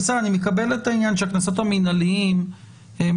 אני מקבל את העניין שהקנסות המנהליים הם